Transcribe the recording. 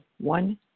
one